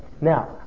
Now